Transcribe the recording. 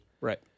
Right